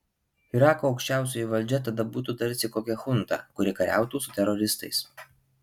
irako aukščiausioji valdžia tada būtų tarsi kokia chunta kuri kariautų su teroristais